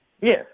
Yes